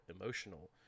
emotional